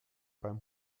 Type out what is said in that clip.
beim